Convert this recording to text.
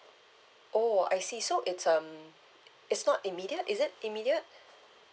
oh I see so it's um it it's not immediate is it immediate